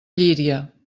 llíria